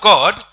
God